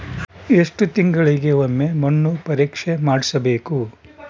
ಎಷ್ಟು ತಿಂಗಳಿಗೆ ಒಮ್ಮೆ ಮಣ್ಣು ಪರೇಕ್ಷೆ ಮಾಡಿಸಬೇಕು?